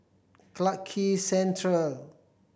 Clarke Quay Central